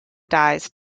dyes